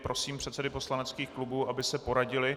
Prosím předsedy poslaneckých klubů, aby se poradili.